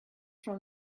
from